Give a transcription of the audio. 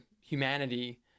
humanity